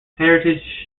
heritage